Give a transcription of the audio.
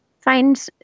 find